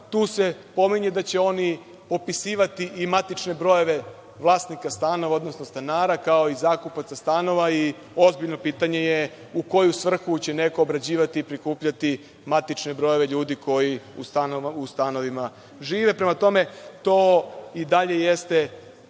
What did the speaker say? tu se pominje da će oni popisivati i matične brojeve vlasnika stanova, odnosno stanara, kao i zakupaca stanova, i ozbiljno pitanje je u koju svrhu će neko obrađivati i prikupljati matične brojeve ljudi koji u stanovima žive. Prema tome, to i dalje jeste